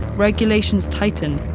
regulations tightened,